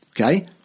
okay